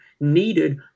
needed